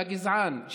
והגזען,